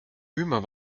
ömer